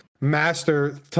master